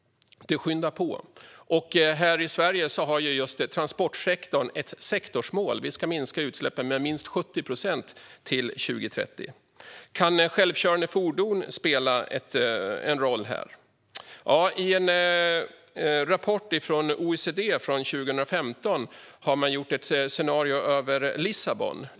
Det brådskar. Här i Sverige har just transportsektorn ett sektorsmål. Vi ska minska utsläppen med minst 70 procent till 2030. Kan självkörande fordon spela en roll här? Ja, i en rapport från OECD från 2015 har man gjort ett scenario över Lissabon.